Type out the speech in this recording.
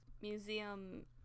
Museum